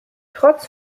trotz